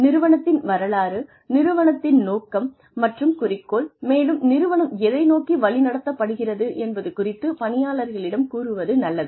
நிறுவனத்தின் வரலாறு நிறுவனத்தின் நோக்கம் மற்றும் குறிக்கோள் மேலும் நிறுவனம் எதை நோக்கி வழி நடத்தப்படுகிறது என்பது குறித்து பணியாளர்களிடம் கூறுவது நல்லது